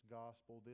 gospel